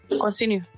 continue